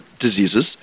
diseases